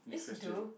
yes you do